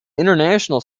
international